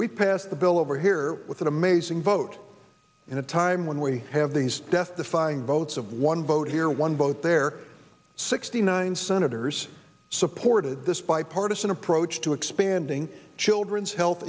we passed the bill over here with an amazing vote in a time when we have these death defying votes of one vote here one vote there sixty nine senators supported this bipartisan approach to expanding children's health